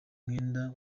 mwenda